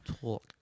Talk